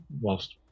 whilst